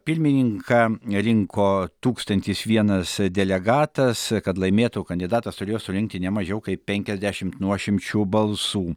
pirmininką rinko tūkstantis vienas delegatas kad laimėtų kandidatas turėjo surinkti nemažiau kaip penkiasdešimt nuošimčių balsų